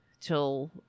till